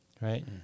right